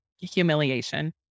humiliation